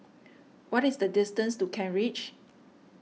what is the distance to Kent Ridge